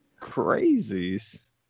Crazies